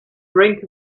brink